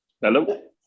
Hello